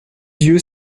yeux